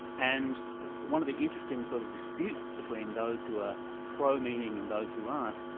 and one of the interesting sort of disputes between those who are pro meaning and those who aren't,